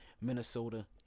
Minnesota